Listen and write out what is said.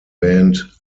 band